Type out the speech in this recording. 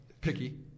Picky